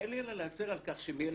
שאין לי אלא להצר על כך שמ-1999